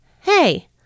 Hey